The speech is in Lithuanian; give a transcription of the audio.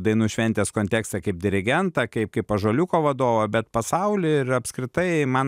dainų šventės kontekste kaip dirigentą kaip kaip ąžuoliuko vadovą bet pasauly ir apskritai man